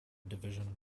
division